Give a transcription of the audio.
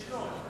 ישנו.